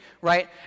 right